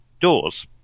doors